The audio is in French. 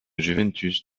juventus